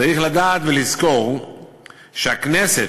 צריך לדעת ולזכור שהכנסת,